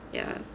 ya